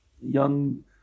young